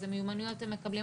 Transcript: איזה מיומנויות הם מקבלים.